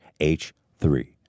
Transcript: h3